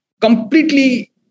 completely